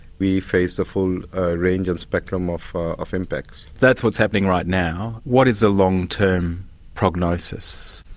we face the full range and spectrum of of impacts. that's what's happening right now, what is the long-term prognosis?